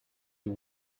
you